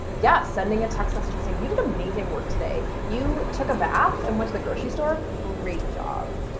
yes, sending a text message and saying, you did amazing work today. you took a bath and went to the grocery store, great job.